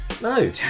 no